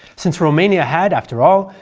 since romania had, after all,